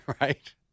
Right